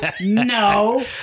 no